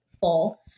full